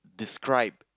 describe